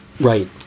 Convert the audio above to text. right